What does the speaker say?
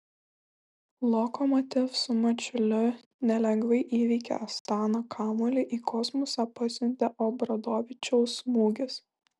lokomotiv su mačiuliu nelengvai įveikė astaną kamuolį į kosmosą pasiuntė obradovičiaus smūgis